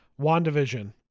WandaVision